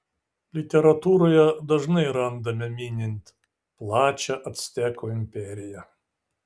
literatūroje dažnai randame minint plačią actekų imperiją